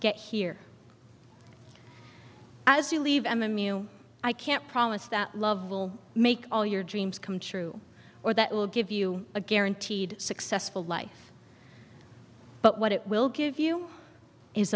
get here as you leave m m u i can't promise that love will make all your dreams come true or that will give you a guaranteed successful life but what it will give you is